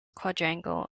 quadrangle